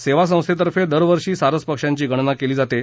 सेवा संस्थेतर्फे दरवर्षी सारस पक्षांची गणना केली जाते